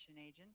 agent